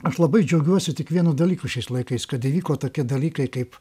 aš labai džiaugiuosi tik vienu dalyku šiais laikais kad įvyko tokie dalykai kaip